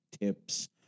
tips